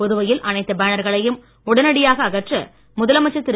புதுவையில் அனைத்து பேனர்களையும் உடனடியாக அகற்ற முதலமைச்சர் திரு